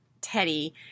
Teddy